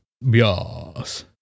Yes